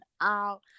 out